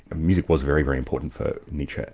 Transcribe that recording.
music was very, very important for nietzsche,